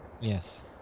Yes